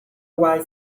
why